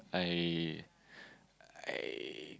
I I